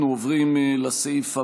אנחנו עוברים לסעיף הבא: